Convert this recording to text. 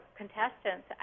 contestants